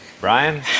Brian